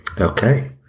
Okay